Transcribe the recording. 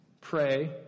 pray